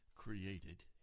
Created